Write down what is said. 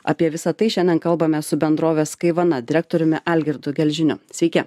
apie visa tai šiandien kalbame su bendrovės kaivana direktoriumi algirdu gelžiniu sveiki